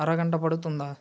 అరగంట పడుతుందా